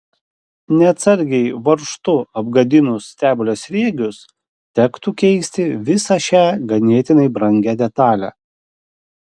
neatsargiai varžtu apgadinus stebulės sriegius tektų keisti visą šią ganėtinai brangią detalę